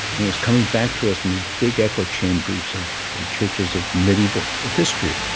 it was coming back to us in these big echo chambers of the churches of medieval history.